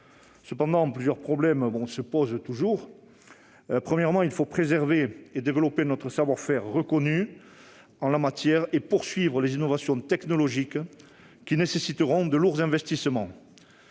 Cependant, plusieurs problèmes se posent. Premièrement, il faut préserver et développer notre savoir-faire reconnu en la matière et poursuivre les innovations technologiques, qui nécessiteront de lourds investissements.